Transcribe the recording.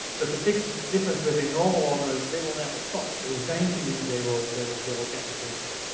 but the big difference with a normal organoid is they will never stop. so, eventually they will. they will they will get the patient.